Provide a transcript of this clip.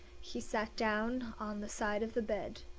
he sat down on the side of the bed.